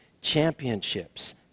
championships